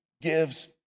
gives